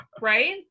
right